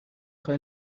خوای